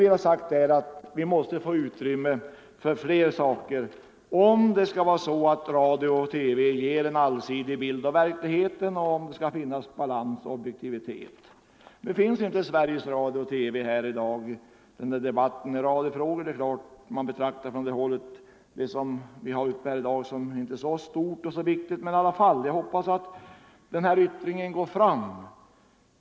Vi menar att det måste ges utrymme för fler typer av nyheter för att radio och TV skall kunna ge en allsidig bild av verkligheten, förmedlad med balans och objektivitet. Sveriges Radio-TV är inte närvarande vid dagens debatt om radiofrågor. Man betraktar på det hållet kanske inte det som behandlas i dag som så stort och viktigt, men jag hoppas i alla fall att denna meningsyttring når fram.